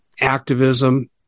activism